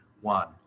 One